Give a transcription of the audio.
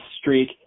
streak